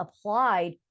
applied